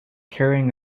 carrying